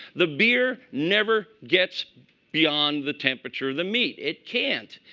the beer never gets beyond the temperature of the meat. it can't.